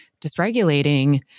dysregulating